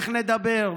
איך נדבר,